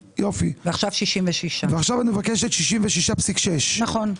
נכון ועכשיו 66. עכשיו את מבקשת 66.6. נכון.